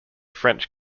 french